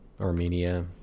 Armenia